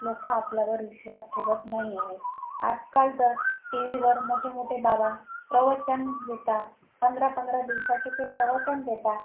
लोकं आपल्यावर विश्वास ठेवत नाहीये आजकाल तर टीव्हीवर मोठे मोठे बाबा प्रवचन देता पंधरा पंधरा दिवसाचे ते प्रवचन देता